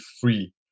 free